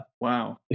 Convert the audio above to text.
Wow